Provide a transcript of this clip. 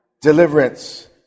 Deliverance